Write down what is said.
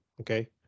okay